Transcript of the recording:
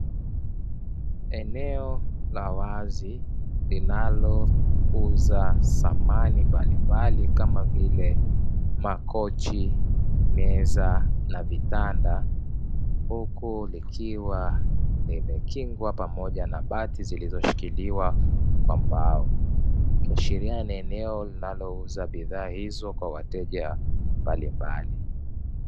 Eneo la wazi linalouza samani mbalimbali kamavile makochi, meza na vitanda huku likiwa limekingwa pamoja na bati zilizoshikiliwa na kwa mbao. Likiashiria ni eneo linalouza bidhaa hizo kwa wateja mbalimbali.